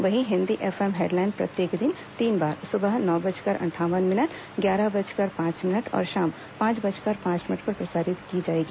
वहीं Hindi FM headline प्रत्येक दिन तीन बार सुबह नौ बजकर अंठावन मिनट ग्यारह बजकर पांच मिनट और शाम पांच बजकर पांच मिनट पर प्रसारित की जाएगी